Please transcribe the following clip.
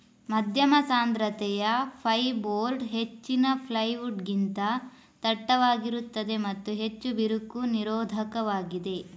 ಮಧ್ಯಮ ಸಾಂದ್ರತೆಯ ಫೈರ್ಬೋರ್ಡ್ ಹೆಚ್ಚಿನ ಪ್ಲೈವುಡ್ ಗಿಂತ ದಟ್ಟವಾಗಿರುತ್ತದೆ ಮತ್ತು ಹೆಚ್ಚು ಬಿರುಕು ನಿರೋಧಕವಾಗಿದೆ